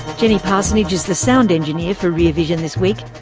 jenny parsonage is the sound engineer for rear vision this week.